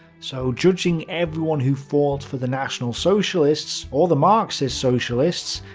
so judging everyone who fought for the national socialists or the marxist socialists,